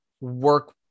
work